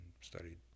studied